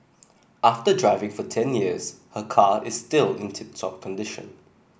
after driving for ten years her car is still in tip top condition